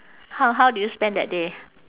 how how do you spend that day